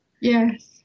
Yes